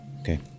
Okay